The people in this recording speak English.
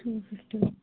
two fifty